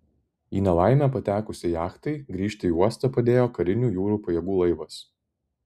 į nelaimę patekusiai jachtai grįžti į uostą padėjo karinių jūrų pajėgų laivas